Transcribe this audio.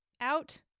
Out